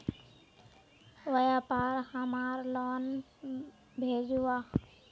व्यापार हमार लोन भेजुआ?